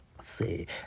Say